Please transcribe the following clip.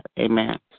Amen